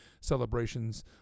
celebrations